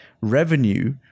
revenue